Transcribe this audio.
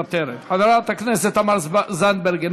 חברת הכנסת תמר זנדברג,